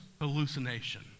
hallucination